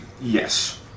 yes